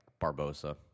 Barbosa